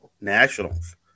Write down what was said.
nationals